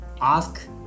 ask